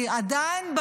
כי עדיין,